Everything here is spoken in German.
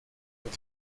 und